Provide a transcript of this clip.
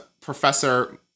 Professor